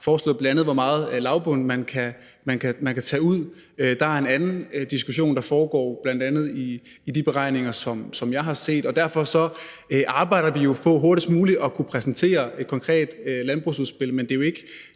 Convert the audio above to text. har foreslået, hvor meget lavbund man kan tage ud. Der er en anden diskussion, der foregår, bl.a. i forbindelse med de beregninger, som jeg har set. Så vi arbejder jo på hurtigst muligt at kunne præsentere et konkret landbrugsudspil. Det er ikke,